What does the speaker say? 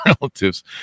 relatives